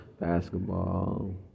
basketball